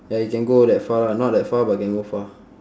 ya it can go that far lah not that far but can go far